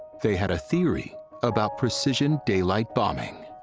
they had a theory about precision daylight bombing.